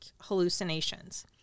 hallucinations